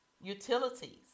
Utilities